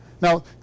Now